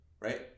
right